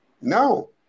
No